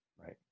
Right